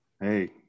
Hey